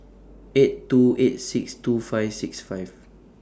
eight two eight six two five six five